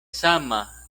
sama